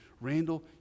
Randall